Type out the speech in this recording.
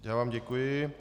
Já vám děkuji.